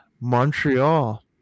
Montreal